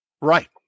Right